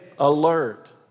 Alert